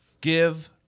give